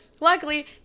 luckily